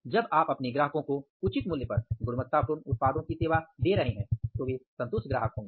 जब आप अपने ग्राहकों को उचित मूल्य पर गुणवत्तापूर्ण उत्पादों की सेवा दे रहे हैं तो वे संतुष्ट ग्राहक होंगे